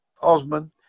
Osman